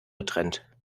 getrennt